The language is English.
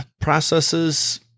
Processes